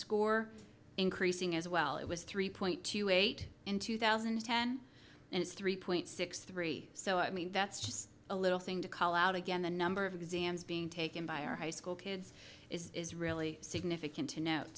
score increasing as well it was three point two eight in two thousand and ten and it's three point six three so i mean that's just a little thing to cull out again the number of exams being taken by our high school kids is really significant to kno